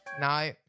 No